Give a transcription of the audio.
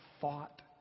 fought